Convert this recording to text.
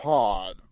Pod